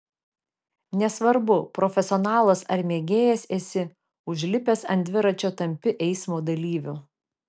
nesvarbu profesionalas ar mėgėjas esi užlipęs ant dviračio tampi eismo dalyviu